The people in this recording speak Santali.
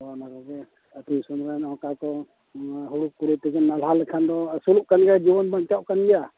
ᱚᱱ ᱚᱱᱟᱠᱚᱜᱮ ᱫᱤᱥᱚᱢ ᱨᱮᱱ ᱚᱠᱟ ᱠᱚ ᱦᱩᱲᱩ ᱠᱩᱲᱟᱹᱭ ᱛᱮᱜᱮ ᱱᱟᱦᱟᱞᱟ ᱞᱮᱠᱷᱟᱱ ᱫᱚ ᱟᱹᱥᱩᱞᱚᱜ ᱠᱟᱱᱜᱮᱭᱟ ᱡᱤᱵᱚᱱ ᱵᱟᱧᱪᱟᱣ ᱠᱟᱱᱜᱮᱭᱟ